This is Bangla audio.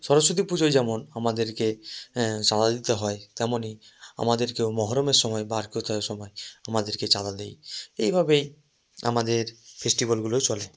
সরস্বতী পুজোয় যেমন আমাদেরকে চাঁদা দিতে হয় তেমনই আমাদেরকেও মহরমের সময় বা সময় আমাদেরকে চাঁদা দিই এইভাবেই আমাদের ফেস্টিভ্যালগুলো চলে